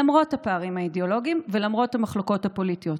למרות הפערים האידיאולוגיים ולמרות המחלוקות הפוליטיות.